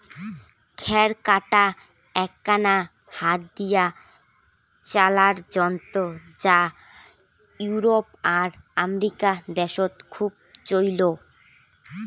খ্যার কাটা এ্যাকনা হাত দিয়া চালার যন্ত্র যা ইউরোপ আর আমেরিকা দ্যাশত খুব চইল